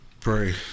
Pray